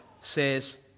says